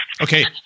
okay